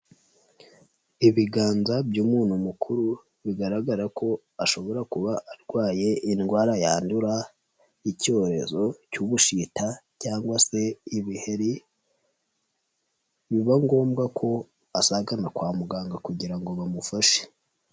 Ibiganza by'umuntu mukuru bigaragara ko ashobora kuba arwaye indwara yandura y'icyorezo cy'ubushita cyangwa se ibiheri biba ngombwa ko asagana kwa muganga kugira ngo bamufashe.